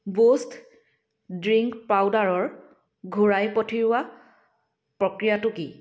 Boost drink পাউদাৰৰ ঘূৰাই পঠিওৱাৰ প্ৰক্ৰিয়াটো কি